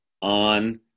on